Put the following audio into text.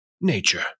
Nature